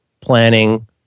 planning